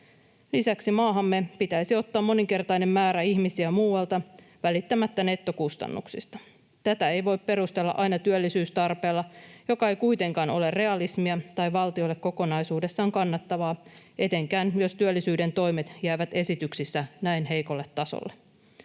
Lisäksi maahamme pitäisi ottaa moninkertainen määrä ihmisiä muualta välittämättä nettokustannuksista. Tätä ei voi perustella aina työllisyystarpeella, joka ei kuitenkaan ole realismia tai valtiolle kokonaisuudessaan kannattavaa etenkään, jos työllisyyden toimet jäävät esityksissä näin heikolle tasolle.